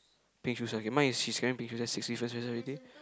pink shoes okay mine is she is carrying pink shoes that's six difference already